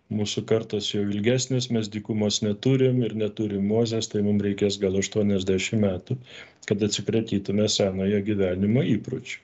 mūsų kartos jau ilgesnės mes dykumos neturim ir neturim mozės tai mum reikės gal aštuoniasdešim metų kad atsikratytume senojo gyvenimo įpročių